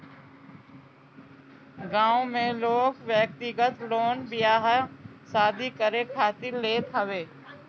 गांव में लोग व्यक्तिगत लोन बियाह शादी करे खातिर लेत हवे